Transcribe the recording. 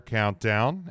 countdown